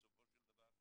בסופו של דבר,